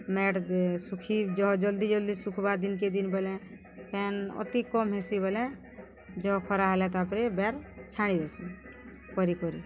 ମାଏଟ୍ ଶୁଖି ଜହ ଜଲ୍ଦି ଜଲ୍ଦି ଶୁଖ୍ବା ଦିନ୍କେ ଦିନ୍ ବଏଲେ ପାଏନ୍ ଅତି କମ୍ ହେସି ବଏଲେ ଜହ ଖରା ହେଲେ ତାପରେ ବାର୍ ଛାଡ଼ି ଦେସୁ କରି କରି